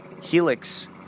helix